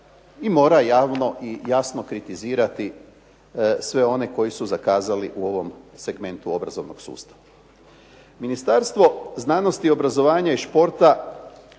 i mora javno i jasno kritizirati sve one koji su zakazali u ovom segmentu obrazovnog sustava. Ministarstvo znanosti, obrazovanja i športa